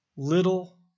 little